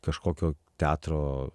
kažkokio teatro